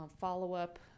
follow-up